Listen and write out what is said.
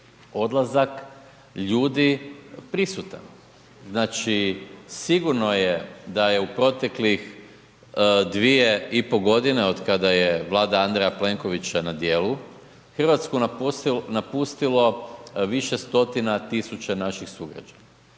odlazak ljudi prisutan. Znači, sigurno je da je u protekli 2,5 godine od kada je Vlada Andreja Plenkovića na djelu Hrvatsku napustilo više stotina tisuća naših sugrađana.